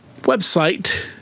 website